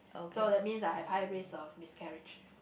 so that means I have high risk of miscarriage